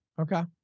Okay